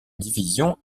division